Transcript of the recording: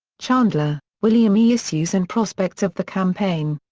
chandler, william e. issues and prospects of the campaign.